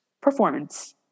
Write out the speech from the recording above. performance